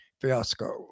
fiasco